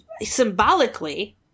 symbolically